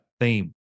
theme